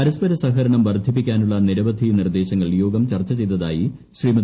പരസ്പര സഹകരണം വർദ്ധിപ്പിക്കാനുള്ള നിരവധി നിർദ്ദേശങ്ങൾ യോഗം ചർച്ച ചെയ്തതായി ശ്രീമതി